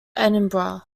edinburgh